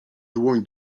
dłoń